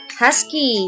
husky